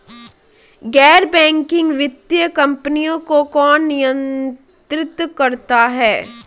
गैर बैंकिंग वित्तीय कंपनियों को कौन नियंत्रित करता है?